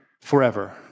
forever